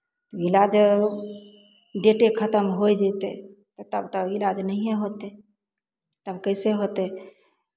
इलाज ओ डेटे खतम होय जेतै तऽ तब तऽ इलाज नहिए होतै तब कइसे होतै